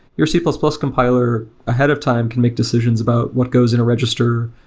your c plus plus compiler ahead of time can make decisions about what goes in a register.